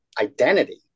identity